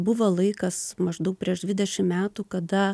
buvo laikas maždaug prieš dvidešim metų kada